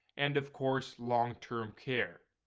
and of course long-term care.